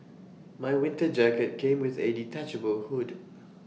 my winter jacket came with A detachable hood